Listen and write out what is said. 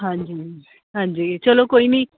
ਹਾਂਜੀ ਹਾਂਜੀ ਚਲੋ ਕੋਈ ਨਹੀਂ